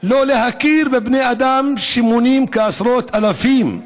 שלא להכיר בבני אדם שמונים עשרות אלפים?